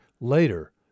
later